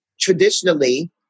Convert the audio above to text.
Traditionally